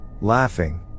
laughing